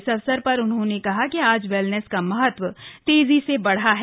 इस अवसर पर उन्होंने कहा कि आज वेलनेस का महत्व तेजी से बढ़ा है